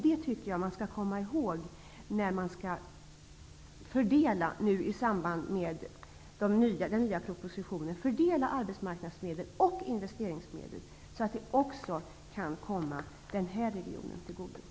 Det tycker jag att man skall komma ihåg i samband med den nya propositionen. Det gäller att fördela arbetsmarknadsmedel och investeringsmedel så, att de också kan komma den här regionen till godo.